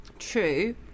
true